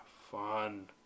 Fun